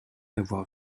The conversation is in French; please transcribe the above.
avoir